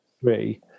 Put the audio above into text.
three